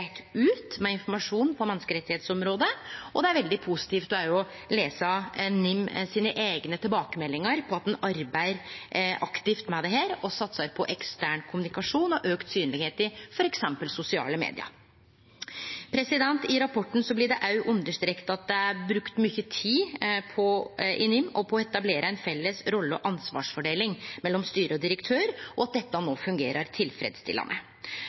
ut med informasjon på menneskerettsområdet, og då er det veldig positivt å lese NIMs eigne tilbakemeldingar om at ein arbeider aktivt med dette og satsar på ekstern kommunikasjon og auka synlegheit i f.eks. sosiale medium. I rapporten blir det òg understreka at det er brukt mykje tid i NIM på å etablere ei felles rolle- og ansvarsfordeling mellom styre og direktør, og at dette no fungerer tilfredsstillande.